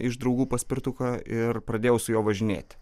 iš draugų paspirtuką ir pradėjau su juo važinėti